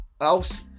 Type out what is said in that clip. else